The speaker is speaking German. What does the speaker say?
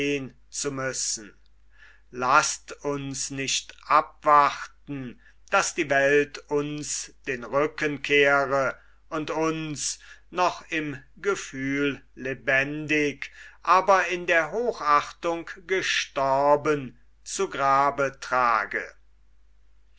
zu müssen laßt uns nicht abwarten daß die welt uns den rücken kehre und uns noch im gefühl lebendig aber in der hochachtung gestorben zu grabe trage